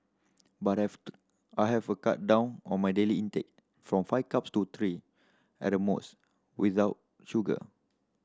but I've I have a cut down on my daily intake from five cups to three at the most without sugar